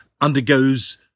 undergoes